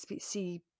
see